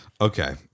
Okay